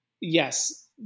Yes